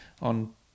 on